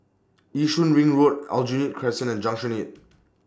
Yishun Ring Road Aljunied Crescent and Junction eight